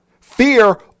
Fear